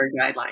guidelines